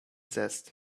zest